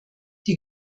die